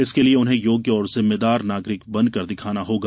इसके लिए उन्हें योग्य और जिम्मेदार नागरिक बनकर दिखाना होगा